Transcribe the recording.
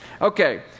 Okay